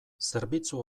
zerbitzu